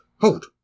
hold